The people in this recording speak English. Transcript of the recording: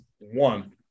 One